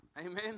Amen